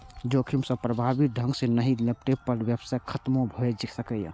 जोखिम सं प्रभावी ढंग सं नहि निपटै पर व्यवसाय खतमो भए सकैए